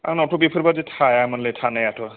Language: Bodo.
आंनावथ' बेफोरबायदि थायामोनलै थानायाथ'